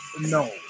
no